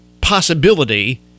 possibility